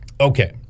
Okay